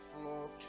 floor